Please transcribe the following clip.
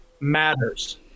matters